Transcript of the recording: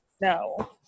No